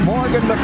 Morgan